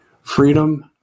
Freedom